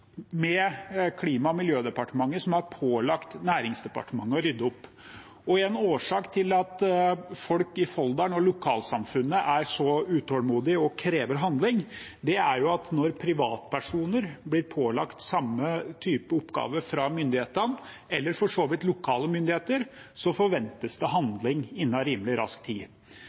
Klima- og miljødepartementet, som har pålagt Næringsdepartementet å rydde opp. En årsak til at folk i Folldal og lokalsamfunnet er så utålmodige og krever handling, er at når privatpersoner blir pålagt samme type oppgaver fra myndighetene, eller for så vidt lokale myndigheter, forventes det handling innen rimelig tid.